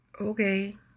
Okay